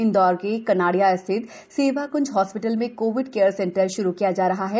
इंदौर के कनाडिया स्थित सेवाकुंज हास्पिटल में कोविड केयर सेंटर प्रारंभ किया जा रहा है